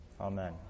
Amen